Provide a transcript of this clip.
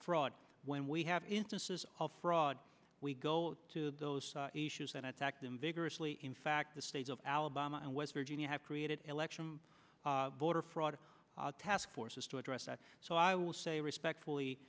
fraud when we have instances of fraud we go to those issues and attack them vigorously in fact the state of alabama and west virginia have created election voter fraud task forces to address that so i will say respectfully